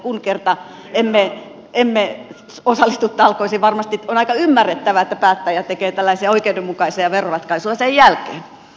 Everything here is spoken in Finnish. kun kerta emme osallistu talkoisiin varmasti on aika ymmärrettävää että päättäjä tekee tällaisia oikeudenmukaisia veroratkaisuja sen jälkeen